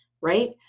right